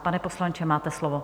Pan poslanče, máte slovo.